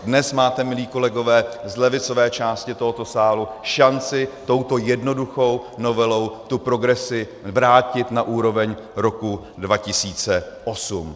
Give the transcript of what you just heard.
Dnes máte, milí kolegové z levicové části tohoto sálu, šanci touto jednoduchou novelou tu progresi zvrátit na úroveň roku 2008.